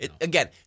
Again